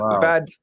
bad